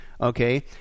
okay